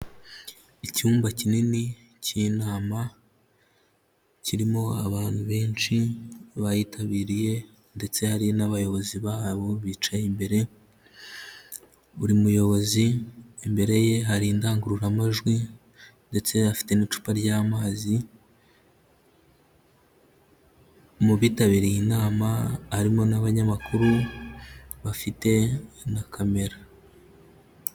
Icyumba kinini cy'inama, kirimo abantu benshi bayitabiriye, ndetse hari n'abayobozi babo bicaye imbere, buri muyobozi imbere ye hari indangururamajwi, ndetse afite n'icupa ry'amazi, mu bitabiriye inama harimo n'abanyamakuru bafite na camera.